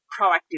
proactive